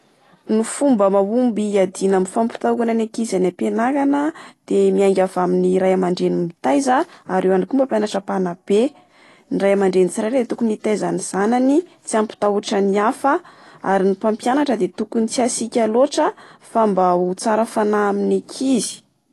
Ny fomba mahomby iadina amin'ny fomba fampitahorana ny ankizy any ampianarana de miainga avy amin'ny ray aman-dreny nitaiza. Ary eo ihany koa ny mpampianatra mpanabe. Ny ray aman-dreny tsirairay dia tokony itaiza ny zanany tsy hampitaotra ny hafa. Ary ny mpampianatra dia tokony tsy asiaka loatra fa mba ho tsara fanahy amin'ny ankizy.